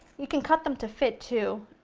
you can cut them to fit, too.